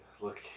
look